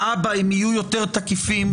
להבא הם יהיו יותר תקיפים,